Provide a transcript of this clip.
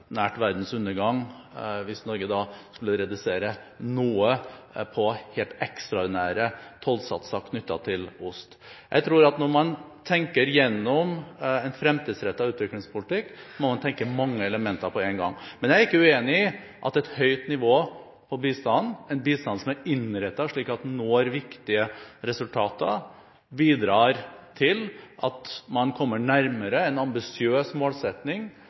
verdens undergang var nært forestående hvis Norge skulle redusere noe på helt ekstraordinære tollsatser knyttet til ost. Jeg tror at når man tenker gjennom en fremtidsrettet utviklingspolitikk, må man tenke mange elementer på en gang. Men jeg er ikke uenig i at et høyt nivå på bistand, en bistand som er innrettet slik at den når viktige resultater, bidrar til at man kommer nærmere en ambisiøs målsetting